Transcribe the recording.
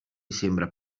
sembra